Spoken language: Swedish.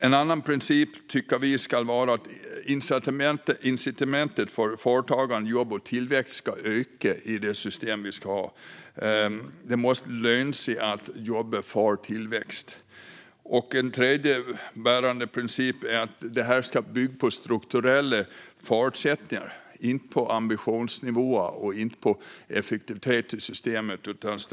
En andra princip tycker vi ska vara att incitamenten för företagande, jobb och tillväxt ska öka i det system vi ska ha. Det måste löna sig att jobba för tillväxt. En tredje bärande princip är att skatteutjämningssystemet ska bygga på strukturella förutsättningar, inte på ambitionsnivå och inte på effektivitet i systemet.